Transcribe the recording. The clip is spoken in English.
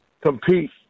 compete